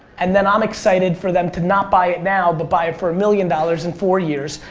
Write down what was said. and then, i'm excited for them to not buy it now, but buy it for a million dollars in four years.